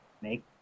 make